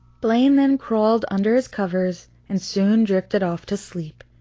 blaine then crawled under his covers and soon drifted off to sleep.